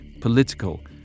political